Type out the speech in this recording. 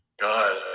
God